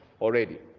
already